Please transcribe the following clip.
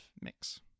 mix